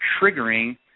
triggering